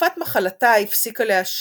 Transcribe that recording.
בתקופת מחלתה הפסיקה לעשן,